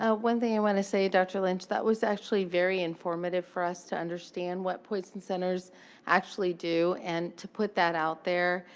ah one thing i want to say dr. lynch, that was actually very informative for us to understand what poison centers actually do and to put that out there,